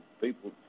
people